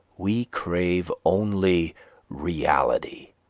we crave only reality.